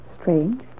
Strange